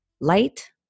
light